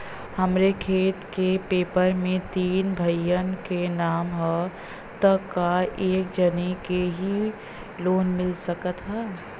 हमरे खेत के पेपर मे तीन भाइयन क नाम ह त का एक जानी के ही लोन मिल सकत ह?